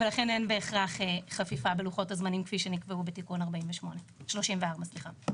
ולכן אין בהכרח חפיפה בלוחות הזמנים כפי שנקבעו בתיקון 34. טוב,